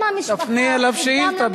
תפני אליו שאילתא,